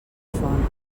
font